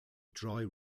dry